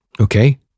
Okay